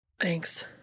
Thanks